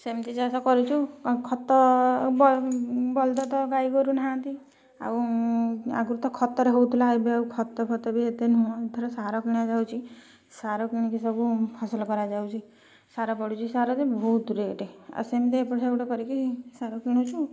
ସେମତି ଚାଷ କରିଛୁ ଆଉ ଖତ ବଲଦ ତ ଗାଈ ଗୋରୁ ନାହାଁନ୍ତି ଆଉ ଆଗୁରୁ ତ ଖତରେ ହଉଥୁଲା ଏବେ ଆଉ ଖତ ଫତ ବି ଏତେ ନୁହଁ ଏଥର ସାର କିଣାଯାଉଛି ସାର କିଣିକି ସବୁ ଫସଲ କରାଯାଉଛି ସାର ପଡ଼ୁଛି ସାର ଯେ ବହୁତ ରେଟ ଆ ସେମିତି ଏପଟ ସେପଟ କରିକି ସାର କିଣୁଛୁ